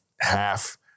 half